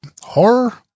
horror